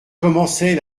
commençait